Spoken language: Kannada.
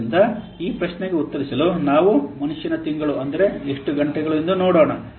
ಆದ್ದರಿಂದ ಈ ಪ್ರಶ್ನೆಗೆ ಉತ್ತರಿಸಲು ನಾವು ಮನುಷ್ಯನ ತಿಂಗಳು ಅಂದರೆ ಎಷ್ಟು ಗಂಟೆಗಳು ಎಂದು ನೋಡೋಣ